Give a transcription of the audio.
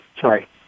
Sorry